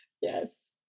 Yes